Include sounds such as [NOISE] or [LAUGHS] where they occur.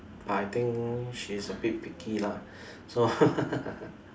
but I think she's a bit picky lah so [LAUGHS]